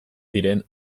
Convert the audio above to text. diren